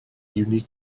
unique